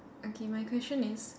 okay my question is